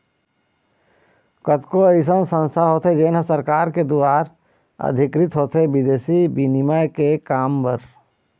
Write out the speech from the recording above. कतको अइसन संस्था होथे जेन ह सरकार के दुवार अधिकृत होथे बिदेसी बिनिमय के काम बर